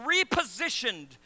repositioned